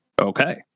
Okay